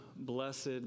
Blessed